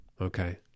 Okay